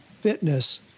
fitness